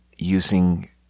Using